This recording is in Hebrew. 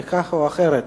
כי כך או אחרת,